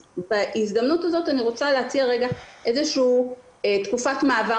בהזדמנות הזו אני רוצה להציע איזושהי תקופת מעבר,